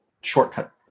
shortcut